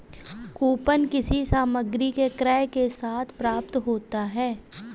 coupon किसी सामग्री के क्रय के साथ प्राप्त होता है